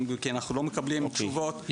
כי אנחנו לא מקבלים תשובות.